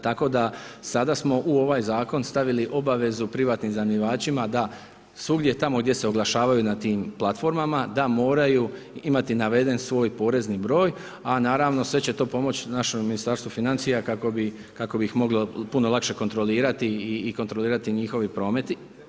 Tako da, sada smo u ovaj zakon, stavili u obavezu privatnih iznajmljivačima, da svugdje tamo gdje se oglašavaju na tim platformama da moraju imati naveden svoj porezni broj, a naravno sve će to pomoći naše Ministarstvo financija, kako bi moglo puno lakše kontrolirati i kontrolirati njihovi prometi.